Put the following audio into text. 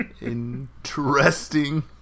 Interesting